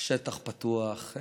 שטח פתוח.